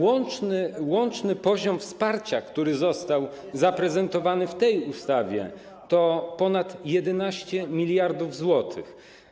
Łączny poziom wsparcia, który został zaprezentowany w tej ustawie, to ponad 11 mld zł.